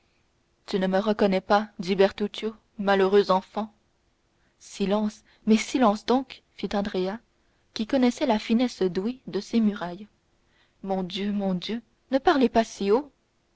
tu ne me reconnais pas dit bertuccio malheureux enfant silence mais silence donc fit andrea qui connaissait la finesse d'ouïe de ces murailles mon dieu mon dieu ne parlez pas si haut